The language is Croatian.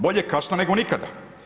Bolje kasno nego nikada.